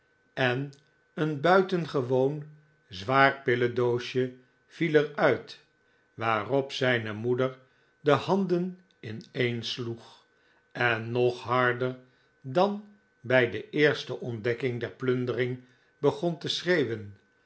en een buitengewoon zwaar pillendoosje viel er uit waarop zijne moeder de handen ineensloeg en nog harder dan bij de eerste ontdekking der plundering begon te schreeuwen